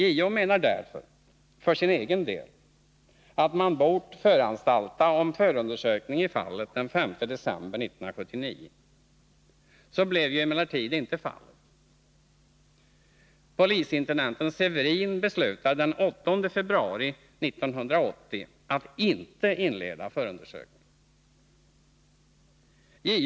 JO anser därför för sin egen del att man hade bort föranstalta om förundersökning i fallet den 5 december 1979. Så skedde emellertid inte. Polisintendenten Severin beslutade den 8 februari 1980 att inte inleda förundersökning.